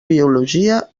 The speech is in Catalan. biologia